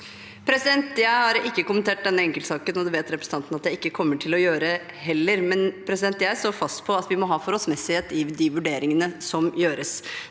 Jeg har ikke kommentert denne enkeltsaken, og det vet representanten at jeg heller ikke kommer til å gjøre, men jeg står fast på at vi må ha forholdsmessighet i de vurderingene som gjøres.